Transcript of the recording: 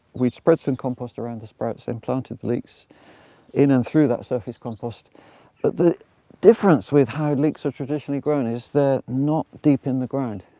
we'd spread some compost around the sprouts, then planted the leeks in and through that surface compost. but the difference with how leeks are traditionally grown is they're not deep in the ground.